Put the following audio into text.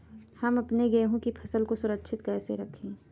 हम अपने गेहूँ की फसल को सुरक्षित कैसे रखें?